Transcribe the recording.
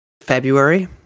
February